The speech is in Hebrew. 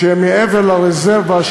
שהם מעבר לרזרבה,